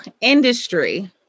industry